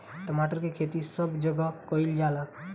टमाटर के खेती सब जगह कइल जाला